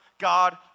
God